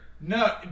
No